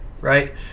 right